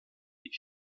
die